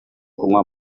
kunywa